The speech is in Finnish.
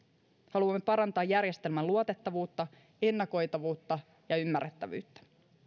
haluamme parantaa järjestelmän luotettavuutta ennakoitavuutta ja ymmärrettävyyttä